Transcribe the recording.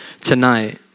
tonight